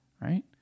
Right